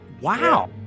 Wow